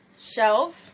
shelf